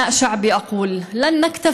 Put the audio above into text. (אומרת דברים בשפה הערבית, להלן תרגומם: